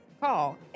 Call